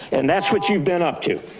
and that's what you've been up to.